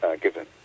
given